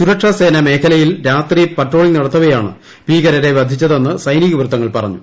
സുരക്ഷാസേന മേഖലയിൽ രാത്രി പട്രോളിംഗ് നടത്തവേയാണ് ഭീകരരെ വധിച്ചതെന്ന് സൈനിക വൃത്തങ്ങൾ പറഞ്ഞു